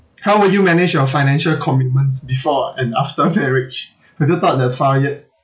how will you manage your financial commitments before and after marriage have you thought that far yet